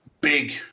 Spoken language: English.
big